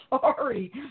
sorry